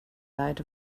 light